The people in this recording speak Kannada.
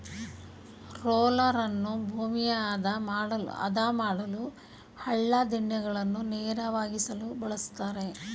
ರೋಲರನ್ನು ಭೂಮಿಯ ಆದ ಮಾಡಲು, ಹಳ್ಳ ದಿಣ್ಣೆಗಳನ್ನು ನೇರವಾಗಿಸಲು ಬಳ್ಸತ್ತರೆ